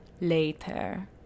later